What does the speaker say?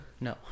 No